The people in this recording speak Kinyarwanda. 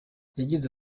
yagize